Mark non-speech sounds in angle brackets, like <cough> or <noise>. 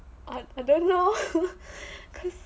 I I don't know <laughs> cause